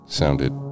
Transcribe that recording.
sounded